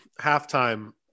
halftime